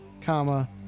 comma